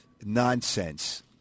nonsense